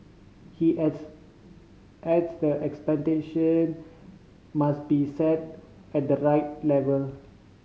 he adds adds the expectation must be set at the right level